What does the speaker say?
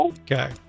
Okay